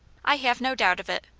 i have no doubt of it.